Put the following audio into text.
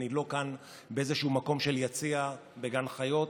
אני לא כאן באיזשהו מקום של יציע בגן חיות.